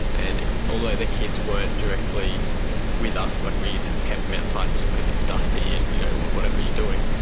and although the kids weren't directly with us, like, we sort of kept them outside just because it's dusty and whatever you're doing,